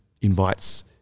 invites